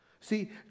See